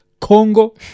Congo